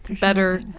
better